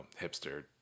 hipster